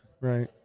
Right